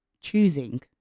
choosing